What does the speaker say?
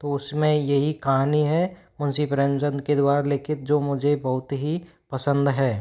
तो उसमें यही कहानी है मुंसही प्रेमचंद के द्वारा लिखित जो मुझे बहुत ही पसंद है